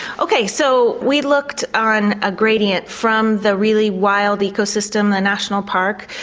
ok, so we looked on a gradient from the really wild ecosystem the national park,